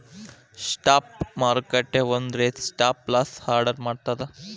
stop ಮಾರುಕಟ್ಟೆ ಒಂದ ರೇತಿ ಸ್ಟಾಪ್ ಲಾಸ್ ಆರ್ಡರ್ ಮಾಡ್ತದ